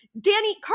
Danny